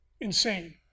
insane